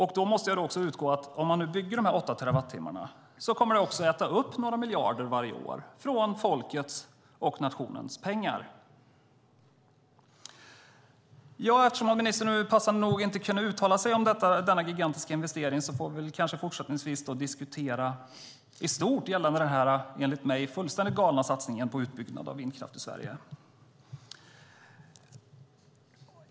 Jag utgår också ifrån att om man bygger dessa åtta terawattimmarna kommer det att äta upp några miljarder varje år av folkets och nationens pengar. Eftersom ministern, passande nog, inte kunde uttala sig om denna gigantiska investering får vi kanske fortsättningsvis diskutera i stort gällande denna, enligt mig, fullständigt galna satsningen på en utbyggnad av vindkraft i Sverige.